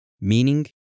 meaning